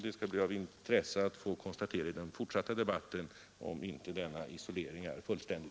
Det skall bli av intresse att få konstatera i den fortsatta debatten, om inte denna isolering är fullständig.